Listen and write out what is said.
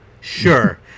Sure